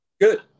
Good